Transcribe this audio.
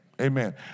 Amen